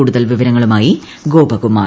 കൂടുതൽ വിവരങ്ങളുമായി ഗോപകുമാർ